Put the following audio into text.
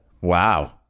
wow